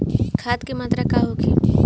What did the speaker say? खाध के मात्रा का होखे?